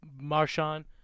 Marshawn